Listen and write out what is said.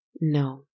No